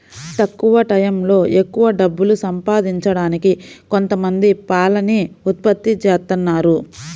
తక్కువ టైయ్యంలో ఎక్కవ డబ్బులు సంపాదించడానికి కొంతమంది పాలని ఉత్పత్తి జేత్తన్నారు